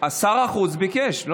שר החוץ ביקש.